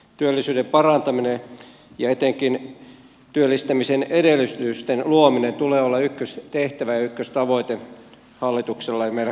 työllisyyden parantamisen ja etenkin työllistämisen edellytysten luomisen tulee olla ykköstehtävä ja ykköstavoite hallituksella ja meillä kaikilla